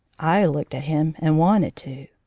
i looked at him and wanted to.